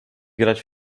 grać